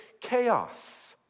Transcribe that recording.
chaos